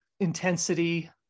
intensity